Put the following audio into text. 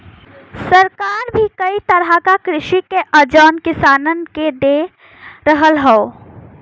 सरकार भी कई तरह क कृषि के औजार किसानन के दे रहल हौ